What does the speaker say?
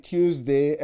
Tuesday